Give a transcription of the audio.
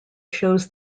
shows